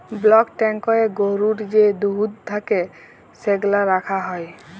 block ট্যাংকয়ে গরুর যে দুহুদ থ্যাকে সেগলা রাখা হ্যয়